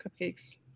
cupcakes